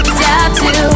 tattoo